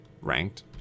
ranked